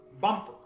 bumper